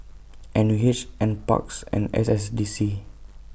N U H N Parks and S S D C